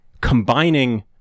combining